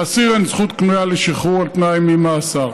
לאסיר אין זכות קנויה לשחרור על תנאי ממאסר.